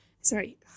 sorry